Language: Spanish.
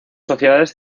sociedades